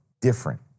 different